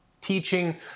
teaching